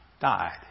died